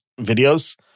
videos